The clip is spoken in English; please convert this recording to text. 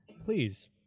please